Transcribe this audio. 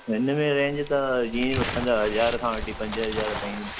हिन में रेंज अथव जीअं वठंदव हज़ार खां वठी पंज हज़ार ताईं